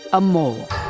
a mole.